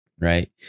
right